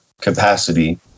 capacity